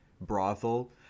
brothel